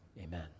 Amen